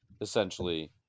essentially